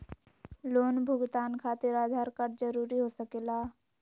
Loan भुगतान खातिर Aadhaar card जरूरी हो सके ला?